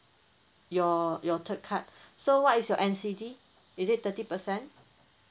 your your third car so what is your N_C_D is it thirty percent